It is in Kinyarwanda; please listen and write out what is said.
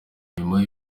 nyuma